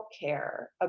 care